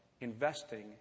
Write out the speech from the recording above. investing